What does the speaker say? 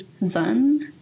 Zun